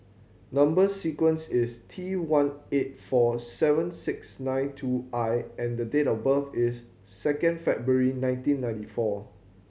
number sequence is T one eight four seven six nine two I and date of birth is second February nineteen ninety four